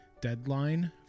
deadline